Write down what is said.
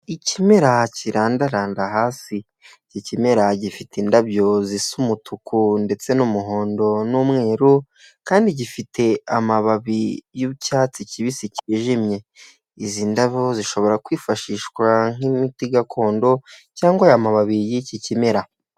Ikimera kirandaranda hasi iki kimera gifite indabyo zisa umutuku ndetse n'umuhondo n'umweru, kandi gifite amababi y'icyatsi kibisi cyijimye. Izi ndabyo zishobora kwifashishwa nk'imiti gakondhttps://kinyarwanda-2025.web.app/assets/play-button-321e4809.pngo cyangwa amababi y'iki kimera.